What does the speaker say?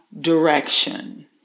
direction